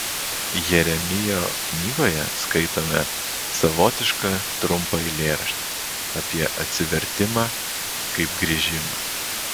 jeremijo knygoje skaitome savotišką trumpą eilėraštį apie atsivertimą kaip grįžimą